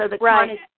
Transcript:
Right